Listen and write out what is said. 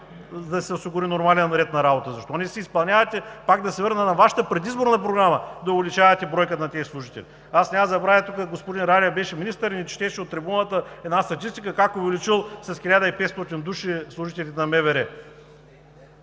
им се осигури нормален ред на работа? Защо не си изпълнявате – пак да се върна на Вашата предизборна програма, да увеличавате бройката на тези служители? Аз няма да забравя, господин Радев беше министър и ни четеше от трибуната една статистика как увеличил с 1500 души служителите на МВР.